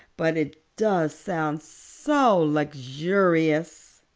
but it does sound so luxurious.